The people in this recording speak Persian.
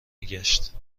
گشت